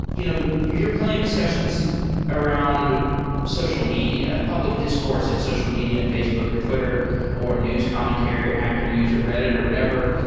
you know you hear plenty of discussions around social media, public discourse in social media and facebook or twitter or news commentary or hacker news or redit or whatever.